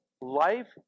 life